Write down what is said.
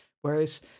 Whereas